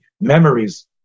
memories